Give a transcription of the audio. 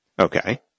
Okay